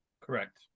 Correct